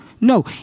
No